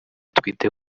twite